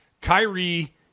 Kyrie